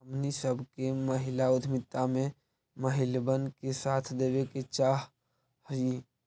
हमनी सब के महिला उद्यमिता में महिलबन के साथ देबे के चाहई